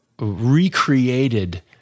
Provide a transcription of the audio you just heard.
recreated